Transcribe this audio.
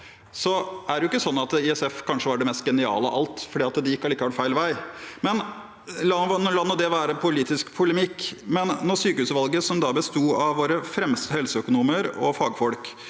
kanskje ikke sånn at ISF var det mest geniale av alt, for det gikk allikevel feil vei. La nå det være politisk polemikk, men sykehusutvalget, som da besto av våre fremste helseøkonomer og fagfolk,